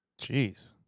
Jeez